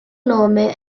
nome